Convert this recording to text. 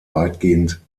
weitgehend